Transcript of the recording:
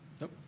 Nope